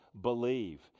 believe